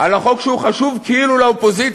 על החוק שהוא חשוב-כאילו לאופוזיציה,